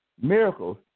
Miracles